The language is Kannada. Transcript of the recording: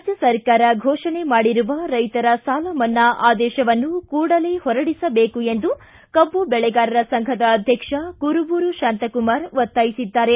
ರಾಜ್ಯ ಸರ್ಕಾರ ಫೋಷಣೆ ಮಾಡಿರುವ ರೈತರ ಸಾಲಮನ್ನಾ ಆದೇಶವನ್ನು ಕೂಡಲೇ ಹೊರಡಿಸಬೇಕು ಎಂದು ಕಬ್ಬು ಬೆಳೆಗಾರರ ಸಂಘದ ಅಧ್ಯಕ್ಷ ಕುರುಬೂರು ಶಾಂತಕುಮಾರ್ ಒತ್ತಾಯಿಸಿದ್ದಾರೆ